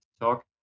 talk